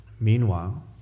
Meanwhile